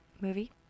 movie